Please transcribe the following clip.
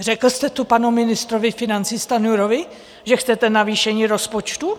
Řekl jste to panu ministrovi financí Stanjurovi, že chcete navýšení rozpočtu?